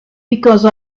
because